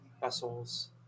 vessels